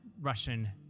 Russian